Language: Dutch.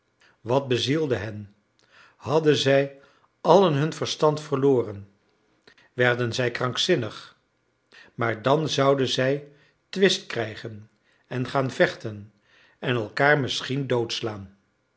wat bezielde hen hadden zij allen hun verstand verloren werden zij krankzinnig maar dan zouden zij twist krijgen en gaan vechten en elkaar misschien doodslaan